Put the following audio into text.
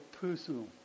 personal